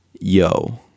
yo